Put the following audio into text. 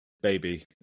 Baby